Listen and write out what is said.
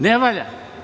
Ne valja.